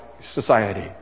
society